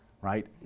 right